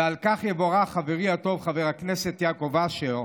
ועל כך יבורך חברי הטוב חבר הכנסת יעקב אשר,